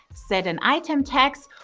set an item tax,